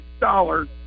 dollars